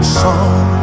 song